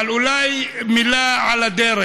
אבל אולי מילה על הדרך.